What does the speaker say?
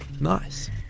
Nice